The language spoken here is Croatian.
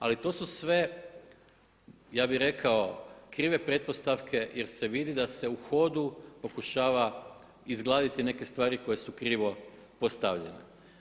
Ali to su sve ja bih rekao krive pretpostavke jer se vidi da se u hodu pokušava izgladiti neke stvari koje su krivo postavljene.